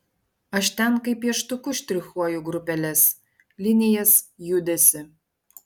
aš ten kaip pieštuku štrichuoju grupeles linijas judesį